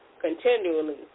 continually